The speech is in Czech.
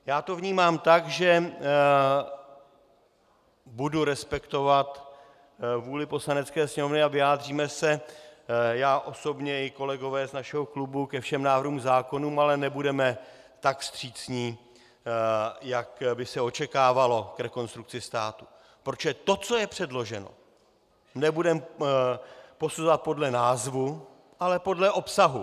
Já to vnímám tak, že budu respektovat vůli Poslanecké sněmovny a vyjádříme se já osobně i kolegové z našeho klubu ke všem návrhům zákonů, ale nebudeme tak vstřícní, jak by se očekávalo, k Rekonstrukci státu, protože to, co je předloženo, nebudeme posuzovat podle názvu, ale podle obsahu.